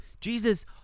jesus